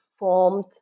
formed